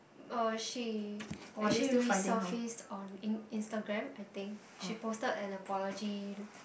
uh she actually resurfaced on in instagram I think she posted an apology